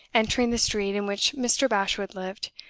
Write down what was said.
entering the street in which mr. bashwood lived,